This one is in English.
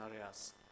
areas